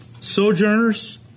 Sojourners